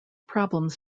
problems